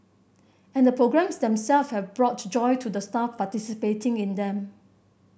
and the programmes themselves have brought joy to the staff participating in them